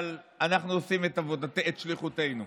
אבל אנחנו עושים את עבודתנו, את שליחותנו.